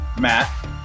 Matt